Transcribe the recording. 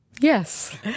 Yes